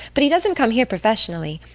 but he doesn't come here professionally.